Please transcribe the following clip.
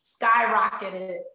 skyrocketed